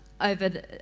over